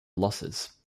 losses